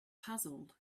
puzzled